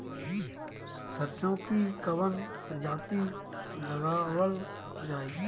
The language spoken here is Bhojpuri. सरसो की कवन प्रजाति लगावल जाई?